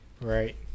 Right